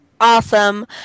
awesome